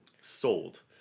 Sold